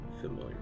familiar